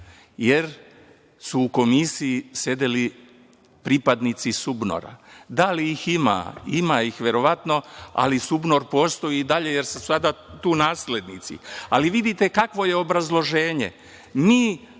jer su u Komisiji sedeli pripadnici SUBNOR-a. Da li ih ima? Ima ih verovatno, ali SUBNOR postoji i danje, jer su sada tu naslednici. Ali, vidite kakvo je obrazloženje.